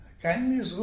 kindness